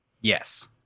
Yes